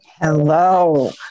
Hello